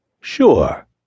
Sure